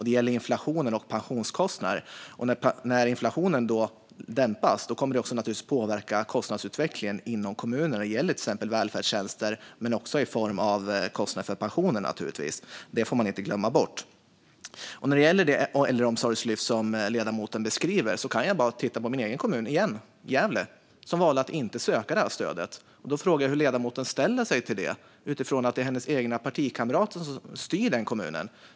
Det gäller inflationen och pensionskostnader, och när inflationen dämpas kommer det naturligtvis att påverka kostnadsutvecklingen inom kommunerna. Det gäller kostnaderna för välfärdstjänster men också kostnaderna för pensionerna. Det får man inte glömma bort. När det gäller det äldreomsorgslyft som ledamoten beskriver kan jag bara titta på min egen kommun igen. Gävle valde att inte söka det här stödet. Jag undrar hur ledamoten ställer sig till det utifrån att det är hennes egna partikamrater som styr den kommunen.